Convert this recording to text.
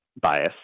bias